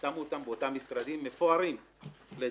שמו אותם באותם משרדים מפוארים לדעתי,